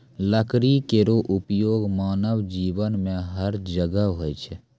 लकड़ी केरो उपयोग मानव जीवन में हर जगह होय छै